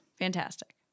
Fantastic